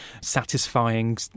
satisfying